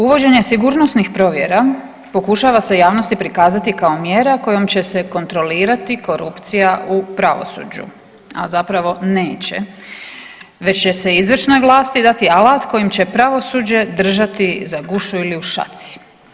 Uvođenje sigurnosnih provjera pokušava se javnosti prikazati kao mjera kojom će se kontrolirati korupcija u pravosuđu, a zapravo neće već će se izvršnoj vlasti dati alat kojim će pravosuđe držati za gušu ili u šaci.